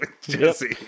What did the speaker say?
Jesse